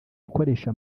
akoresha